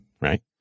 Right